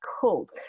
Cool